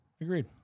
agreed